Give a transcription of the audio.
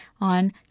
on